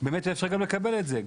באמת אולי אפשר גם לקבל את זה.